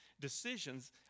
decisions